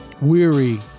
weary